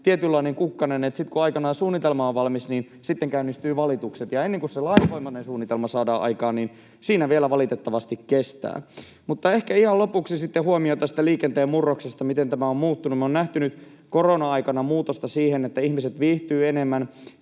tietynlainen kukkanen, että sitten kun aikanaan suunnitelma on valmis, niin sitten käynnistyvät valitukset, ja ennen kuin se lainvoimainen suunnitelma saadaan aikaan, niin siinä vielä valitettavasti kestää. Mutta ihan lopuksi ehkä huomio tästä liikenteen murroksesta, miten tämä on muuttunut. Me on nähty nyt korona-aikana muutosta siihen, että ihmiset viihtyvät enemmän